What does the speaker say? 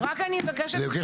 אל תפריע